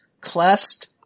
clasped